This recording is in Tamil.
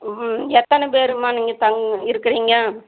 ம் ம் எத்தனை பேரும்மா நீங்கள் தங்க இருக்குறீங்க